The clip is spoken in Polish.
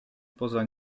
poza